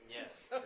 Yes